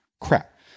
crap